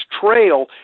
trail